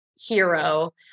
hero